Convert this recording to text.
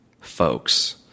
folks